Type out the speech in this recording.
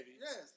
Yes